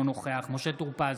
אינו נוכח משה טור פז,